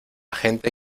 gente